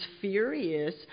furious